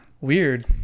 weird